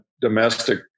domestic